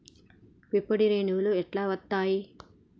పుప్పొడి రేణువులు ఎట్లా వత్తయ్?